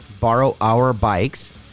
borrowourbikes